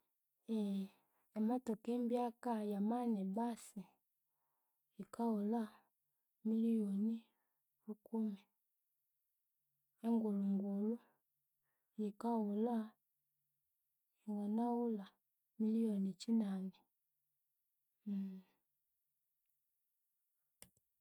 Eghe emotoka mbyaka yamani bus yikawulha million rukumi. Engulhu ngulhu yikawulha yanganawulha million kyinani